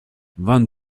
vingt